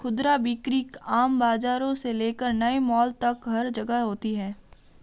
खुदरा बिक्री आम बाजारों से लेकर नए मॉल तक हर जगह होती है